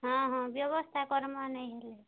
ହଁ ହଁ ବ୍ୟବସ୍ଥା କରମା ନାଇଁ ହେଲେ